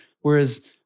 Whereas